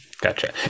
Gotcha